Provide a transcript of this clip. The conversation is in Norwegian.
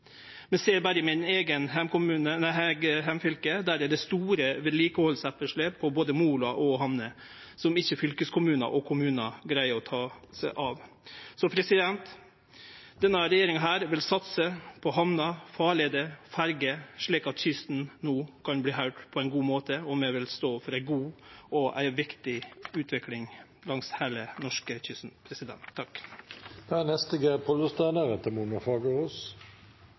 ser – berre i mitt eige heimfylke – at det er store vedlikehaldsetterslep på både moloar og hamner som ikkje fylkeskommunar og kommunar greier å ta seg av. Denne regjeringa vil satse på hamner, farleier og ferjer slik at kysten no kan verta høyrd på ein god måte. Og vi vil stå for ei god og viktig utvikling langs heile